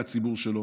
גם מהציבור שלו,